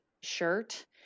shirt